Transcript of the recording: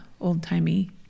old-timey